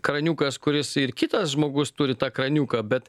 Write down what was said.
kraniukas kuris ir kitas žmogus turi tą kraniuką bet